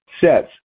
sets